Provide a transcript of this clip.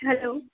hello